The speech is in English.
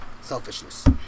Selfishness